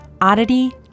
oddity